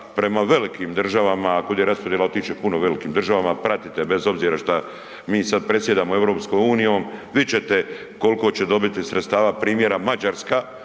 prema velikim državama, ako bude raspodjela, otići će puno velikim državama, pratite bez obzira šta mi sad predsjedamo EU-om, vidjet ćete koliko će dobiti sredstava primjera Mađarska